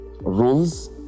rules